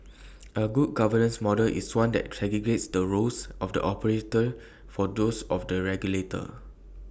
A good governance model is one that segregates the roles of the operator from those of the regulator